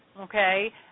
okay